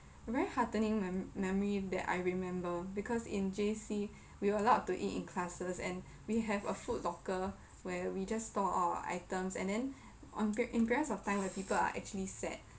a very heartening memory that I remember because in J_C we were allowed to eat in classes and we have a food locker where we just store our items and then on pe~ in periods of time when people are actually sad